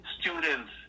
students